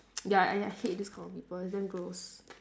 ya and I hate this kind of people it's damn gross